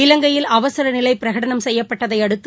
இலங்கையில் அவசரநிலை பிரகடனம் செய்யப்பட்டதை அடுத்து